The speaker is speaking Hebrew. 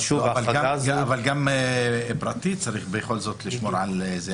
אבל גם אדם פרטי צריך לשמור על הניקיון.